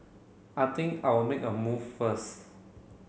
I think I'll make a move first